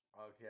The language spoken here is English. Okay